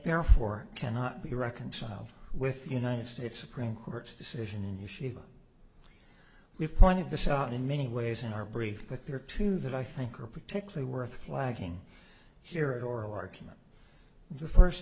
therefore cannot be reconciled with united states supreme court's decision and you shiva we've pointed this out in many ways in our brief but there are two that i think are particularly worth flagging here at oral argument the first